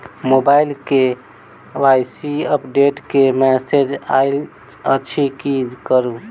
Mobile मे KYC update केँ message आइल अछि की करू?